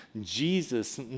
Jesus